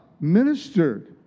ministered